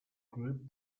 group